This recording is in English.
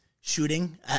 shooting